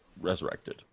resurrected